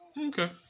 Okay